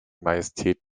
majestät